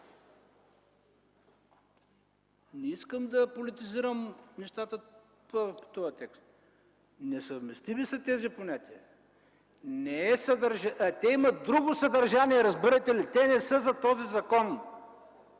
Не искам да политизирам нещата по този текст. Несъвместими са тези понятия. Те имат друго съдържание, разбирате ли? Те не са за този закон.